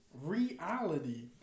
Reality